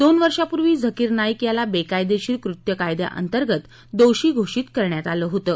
दोन वर्षांपूर्वी झाकीर नाईक याला बेकायदेशीर कृत्य कायद्यांतर्गत दोषी घोषित करण्यात आलं होतं